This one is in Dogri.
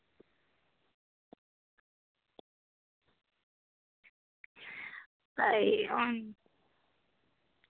हाय हां